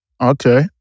Okay